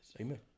Amen